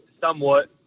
somewhat